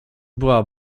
była